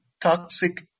toxic